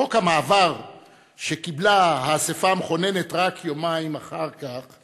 חוק המעבר שקיבלה האספה המכוננת רק יומיים אחר כך,